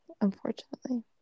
unfortunately